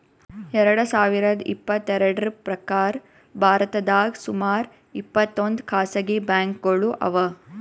ಎರಡ ಸಾವಿರದ್ ಇಪ್ಪತ್ತೆರಡ್ರ್ ಪ್ರಕಾರ್ ಭಾರತದಾಗ್ ಸುಮಾರ್ ಇಪ್ಪತ್ತೊಂದ್ ಖಾಸಗಿ ಬ್ಯಾಂಕ್ಗೋಳು ಅವಾ